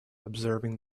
observing